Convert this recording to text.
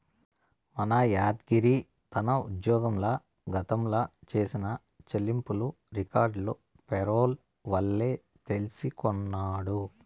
మన యాద్గిరి తన ఉజ్జోగంల గతంల చేసిన చెల్లింపులు రికార్డులు పేరోల్ వల్లే తెల్సికొన్నాడు